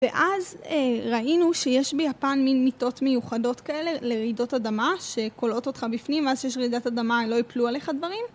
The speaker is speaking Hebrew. ואז ראינו שיש ביפן מין מיטות מיוחדות כאלה לרעידות אדמה שכולאות אותך בפנים ואז שיש רעידת אדמה לא יפלו עליך דברים